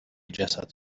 جسد